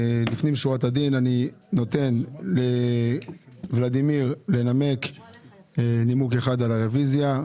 לפנים משורת הדין אני נותן לולדימיר לנמק נימוק אחד על הרוויזיה,